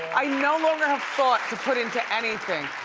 i no longer have thought to put into anything.